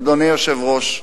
אדוני היושב-ראש,